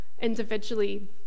individually